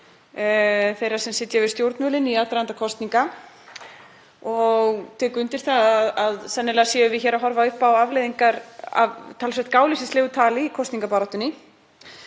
þeirra sem sitja við stjórnvölinn í aðdraganda kosninga. Ég tek undir það að sennilega séum við hér að horfa upp á afleiðingar af talsvert gáleysislegu tali í kosningabaráttunni.